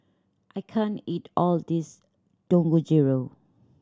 I can't eat all of this Dangojiru